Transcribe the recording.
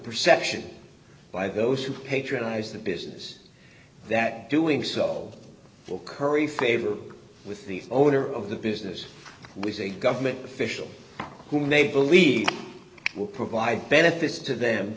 perception by those who patronize the business that doing so will curry favor with the owner of the business was a government official who may believe will provide benefits to them